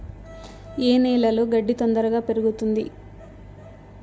ఏ నేలలో గడ్డి తొందరగా పెరుగుతుంది